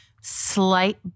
slight